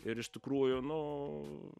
ir iš tikrųjų nu